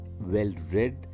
well-read